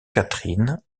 catherine